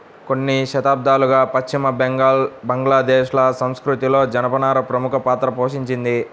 కొన్ని శతాబ్దాలుగా పశ్చిమ బెంగాల్, బంగ్లాదేశ్ ల సంస్కృతిలో జనపనార ప్రముఖ పాత్ర పోషించింది